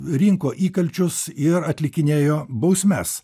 rinko įkalčius ir atlikinėjo bausmes